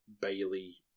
Bailey